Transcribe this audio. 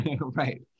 right